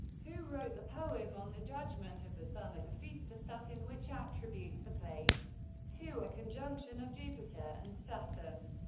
who wrote the poem on the judgment of the sun at a feast of saturn, which attributes the plague to a conjunction of jupiter and saturn.